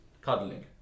cuddling